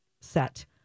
set